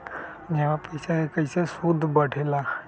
जमा पईसा के कइसे सूद बढे ला?